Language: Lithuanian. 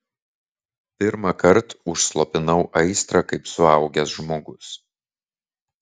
pirmąkart užslopinau aistrą kaip suaugęs žmogus